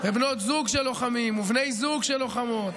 בנות זוג של לוחמים ובני זוג של לוחמות.